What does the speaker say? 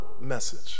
message